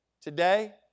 today